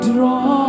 Draw